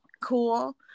cool